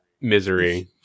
misery